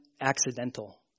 accidental